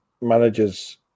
managers